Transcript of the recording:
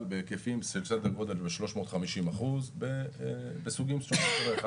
בהיקפים בסדר גודל של 350% בסוגים שונים של רכבים,